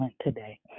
today